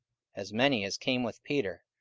as many as came with peter,